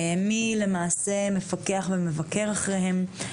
מי למעשה מפקח ומבקר אחריהם.